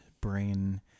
brain